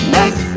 Next